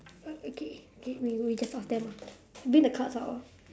oh okay okay we we just ask them ah bring the cards out ah